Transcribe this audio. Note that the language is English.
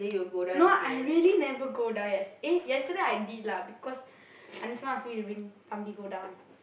no I really never go yesterday I did lah because ask me to bring Thambi go down